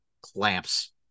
clamps